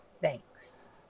Thanks